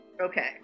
Okay